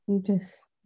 Yes